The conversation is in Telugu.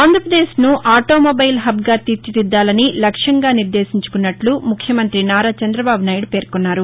ఆంధ్రప్రదేశ్ను ఆటోమొబైల్ హబ్గా తీర్చిదిద్దాలని లక్ష్యంగా నిర్దేశించుకున్నామని ముఖ్యమంత్రి నారా చంద్రబాబు నాయుడు పేర్కొన్నారు